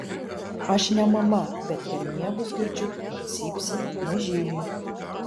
aš ne mama bet per miegus girdžiu kaip cypsi mažyliai